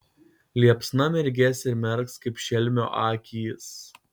liepsna mirgės ir merks kaip šelmio akys